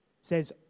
says